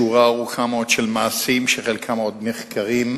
שורה ארוכה מאוד של מעשים, שחלקם עוד נחקרים,